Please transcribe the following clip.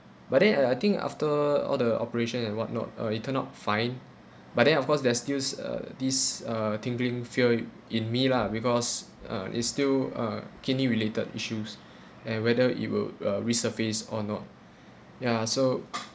but then uh I think after all the operation and what not uh it turn out fine but then of course they're stills uh this uh tingling fear in in me lah because uh it's still uh kidney related issues and whether it will uh re-surfaced or not ya so